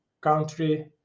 country